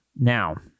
Now